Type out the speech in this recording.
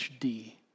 HD